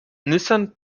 nissan